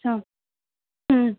अच्छा ह्म्म